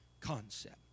concept